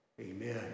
Amen